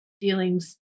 dealings